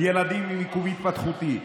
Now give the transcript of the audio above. ילדים עם עיכוב התפתחותי,